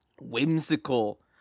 whimsical